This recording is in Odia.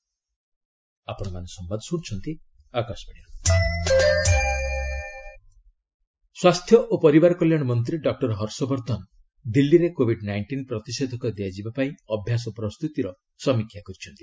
ଭ୍ୟାକ୍ସିନ୍ ରିଭ୍ୟୁ ସ୍ୱାସ୍ଥ୍ୟ ଓ ପରିବାର କଲ୍ୟାଣ ମନ୍ତ୍ରୀ ଡକ୍ଟର ହର୍ଷବର୍ଦ୍ଧନ ଦିଲ୍ଲୀରେ କୋବିଡ୍ ନାଇଷ୍ଟିନ୍ ପ୍ରତିଷେଧକ ଦିଆଯିବା ପାଇଁ ଅଭ୍ୟାସ ପ୍ରସ୍ତୁତିର ସମୀକ୍ଷା କରିଛନ୍ତି